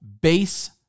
base